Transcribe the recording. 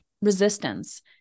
resistance